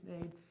made